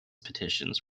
petitions